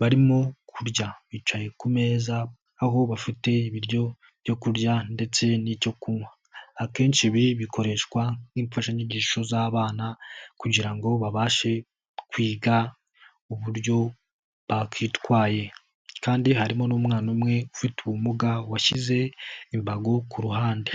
barimo kurya bicaye kumeza aho bafite ibiryo byo kurya ndetse n'icyo kunywa, akenshi ibi bikoreshwa nk'imfashanyigisho z'abana kugira ngo babashe kwiga uburyo bakwitwaye kandi harimo n'umwana umwe ufite ubumuga washyize imbago ku ruhande.